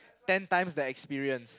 ten times the experience